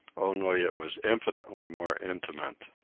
only it was infinitely more intimate.